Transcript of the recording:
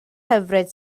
hyfryd